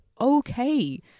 okay